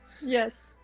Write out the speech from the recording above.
Yes